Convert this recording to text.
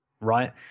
right